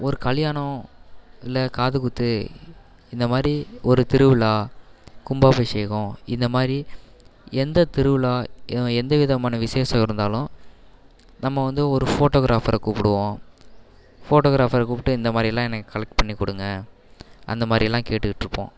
ஒரு கல்யாணம் இல்லை காதுகுத்து இந்தமாதிரி ஒரு திருவிழா கும்பாபிஷேகம் இந்த மாதிரி எந்த திருவிழா ய எந்த விதமான விசேஷம் இருந்தாலும் நம்ம வந்து ஒரு ஃபோட்டோகிராஃபரை கூப்பிடுவோம் ஃபோட்டோகிராஃபரை கூப்பிட்டு இந்த மாதிரியெல்லாம் எனக்கு கலெக்ட் பண்ணிக்கொடுங்க அந்தமாதிரியெல்லாம் கேட்டுக்கிட்டு இருப்போம்